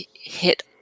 hit